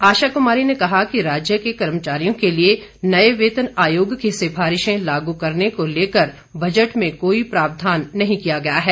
आशा कुमारी ने कहा कि राज्य के कर्मचारियों के लिए नए वेतन आयोग की सिफारिशें लागू करने को लेकर बजट में कोई प्रावधान नहीं किया गया है